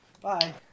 Bye